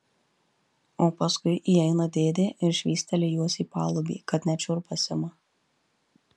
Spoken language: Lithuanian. o paskui įeina dėdė ir švysteli juos į palubį kad net šiurpas ima